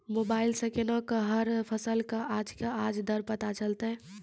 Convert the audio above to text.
Mobile सऽ केना कऽ हर फसल कऽ आज के आज दर पता चलतै?